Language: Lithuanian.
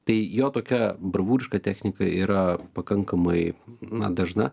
tai jo tokia bravūriška technika yra pakankamai na dažna